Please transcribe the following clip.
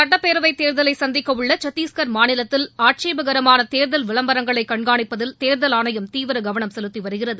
சட்டப்பேரவைத் தேர்தலை சந்திக்க உள்ள சட்டீஸ்கள் மாநிலத்தில் ஆட்சேபகரமான தேர்தல் விளம்பரங்களை கண்காணிப்பதில் தேர்தல் ஆணையம் தீவிர கவனம் செலுத்தி வருகிறது